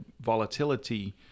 volatility